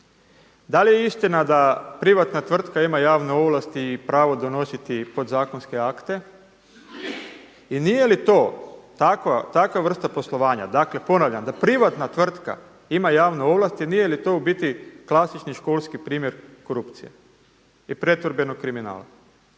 da li je istina da privatna tvrtka ima javne ovlasti i pravo donositi podzakonske akte? I nije li to takva vrsta poslovanja, dakle ponavljam, da privatna tvrtka ima javne ovlasti, nije li to u biti klasični školski primjer korupcije i pretvorbenog kriminala?